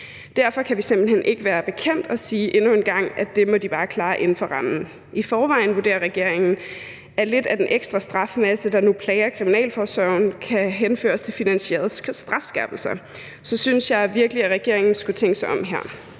hen ikke være bekendt at sige endnu en gang, at det må de bare klare inden for rammen. I forvejen vurderer regeringen, at lidt af den ekstra strafmasse, der nu plager kriminalforsorgen, kan henføres til ufinansierede strafskærpelser. Så jeg synes virkelig, at regeringen skulle tænke sig om her.